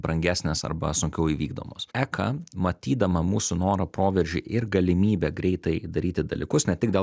brangesnės arba sunkiau įvykdomos eka matydama mūsų norą proveržį ir galimybę greitai daryti dalykus ne tik dėl